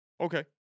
Okay